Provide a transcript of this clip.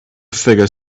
figure